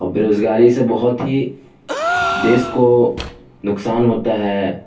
اور بےروزگاری سے بہت ہی دیس کو نقصان ہوتا ہے